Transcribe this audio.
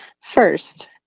First